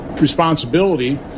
responsibility